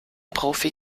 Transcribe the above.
profi